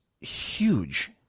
huge